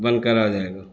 بن کر آ جائے گا